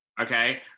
Okay